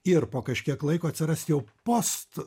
ir po kažkiek laiko atsiras jau post